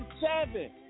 seven